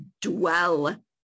dwell